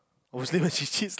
obviously when she cheats